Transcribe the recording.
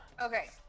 okay